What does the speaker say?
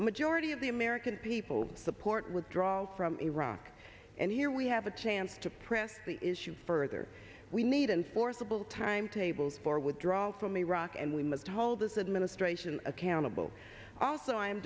a majority of the american people support withdrawal from iraq and here we have a chance to press the issue further we need enforceable timetables for withdrawal from iraq and we must hold this administration accountable also i